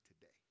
today